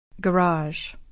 Garage